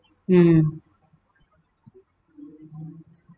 mm